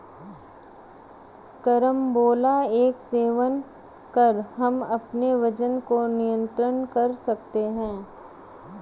carambola का सेवन कर हम अपने वजन को नियंत्रित कर सकते हैं